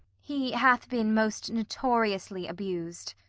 he hath been most notoriously abus'd.